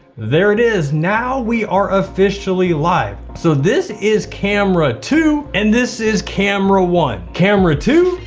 there it is. now we are officially live. so this is camera two, and this is camera one. camera two,